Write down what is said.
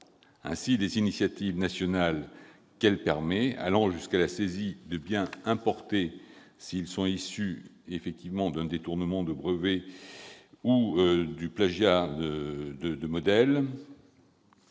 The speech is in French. Ainsi, des initiatives nationales qu'elle permet, allant jusqu'à la saisie de biens importés- s'ils sont issus d'un détournement de brevet ou d'un plagiat de modèle